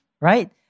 right